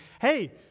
hey